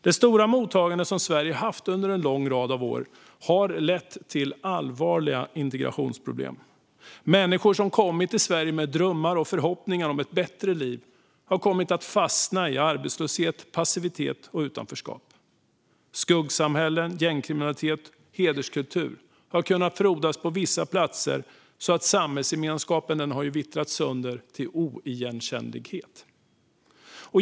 Det stora mottagande som Sverige haft under en lång rad år har lett till allvarliga integrationsproblem. Människor som kommit till Sverige med drömmar och förhoppningar om ett bättre liv har kommit att fastna i arbetslöshet, passivitet och utanförskap. Skuggsamhällen, gängkriminalitet och hederskultur har kunnat frodas på vissa platser, så att samhällsgemenskapen har vittrat sönder till oigenkännlighet.